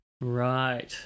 Right